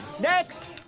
Next